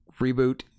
reboot